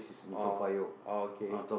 orh orh okay